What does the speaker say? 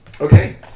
Okay